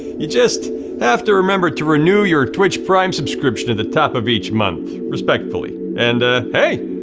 you just have to remember to renew your twitch prime subscription at the top of each month, respectfully. and hey,